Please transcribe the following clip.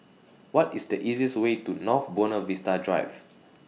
What IS The easiest Way to North Buona Vista Drive